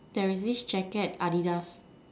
there is this jacket Adidas